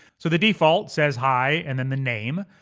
so the default says hi and then the name.